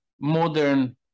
modern